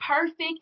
perfect